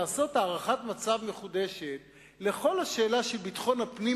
לעשות הערכת מצב מחודשת של כל השאלה של ביטחון הפנים,